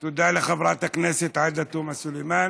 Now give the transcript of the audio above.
תודה לחברת הכנסת עאידה תומא סלימאן.